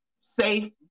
safe